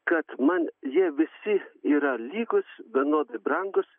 kad man jie visi yra lygūs vienodai brangūs